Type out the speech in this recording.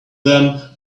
them